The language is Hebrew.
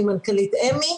אני מנכ"לית אמ"י,